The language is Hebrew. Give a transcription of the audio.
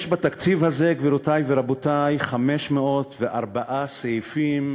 גבירותי ורבותי, יש בתקציב זה 504 סעיפים,